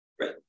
Right